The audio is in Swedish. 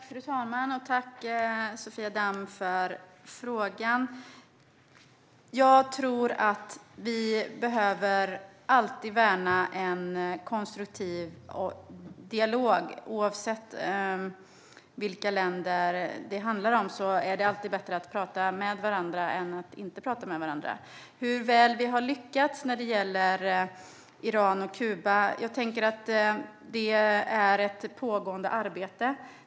Fru talman! Tack, Sofia Damm, för frågan. Jag tror att vi alltid behöver värna en konstruktiv dialog. Oavsett vilka länder som det handlar om är det alltid bättre att tala med varandra än att inte tala med varandra. När det gäller hur väl vi har lyckats i fråga om Iran och Kuba är det ett pågående arbete.